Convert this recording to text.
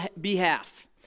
behalf